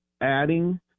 adding